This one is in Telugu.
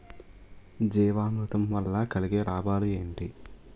జీవామృతం వల్ల కలిగే లాభాలు ఏంటి?